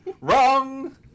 Wrong